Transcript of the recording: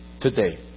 today